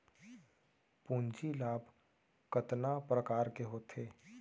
पूंजी लाभ कतना प्रकार के होथे?